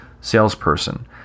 salesperson